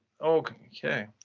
Okay